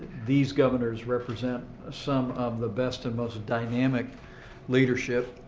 these governors represent some of the best and most dynamic leadership.